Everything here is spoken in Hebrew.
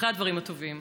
אחרי הדברים הטובים: